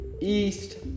East